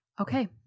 Okay